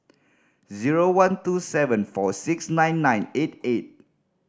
zero one two seven four six nine nine eight eight